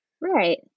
right